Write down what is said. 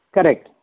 Correct